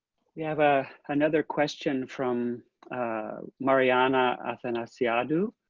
we have ah another question from marianna athanasiadou.